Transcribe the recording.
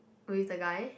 who is the guy